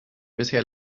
bisher